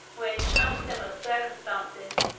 which, under similar circumstances,